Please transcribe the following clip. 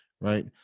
right